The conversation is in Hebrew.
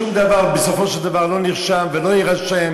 שום דבר בסופו של דבר לא נרשם ולא יירשם,